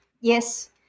Yes